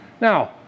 Now